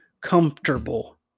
comfortable